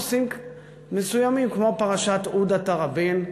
נושאים מסוימים כמו פרשת עודה תראבין,